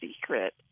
secret